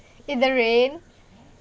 in the rain